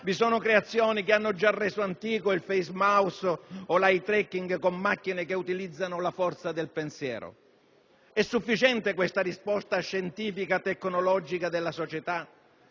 Vi sono creazioni che hanno già reso antico il *facemouse* o l'*eye tracking* con macchine che utilizzano la forza del pensiero. È sufficiente questa risposta scientifico-tecnologica della società?